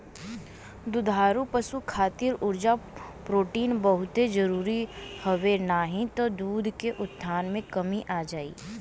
दुधारू पशु खातिर उर्जा, प्रोटीन बहुते जरुरी हवे नाही त दूध के उत्पादन में कमी आ जाई